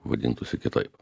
vadintųsi kitaip